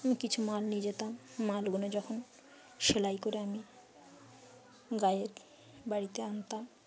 আমি কিছু মাল নিয়ে যেতাম মালগুনো যখন সেলাই করে আমি গাঁয়ের বাড়িতে আনতাম